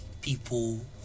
people